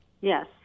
Yes